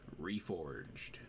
Reforged